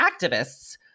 activists